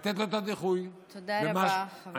תודה רבה, חבר הכנסת.